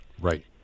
Right